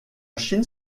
chine